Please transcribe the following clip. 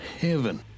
Heaven